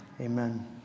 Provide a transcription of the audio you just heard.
amen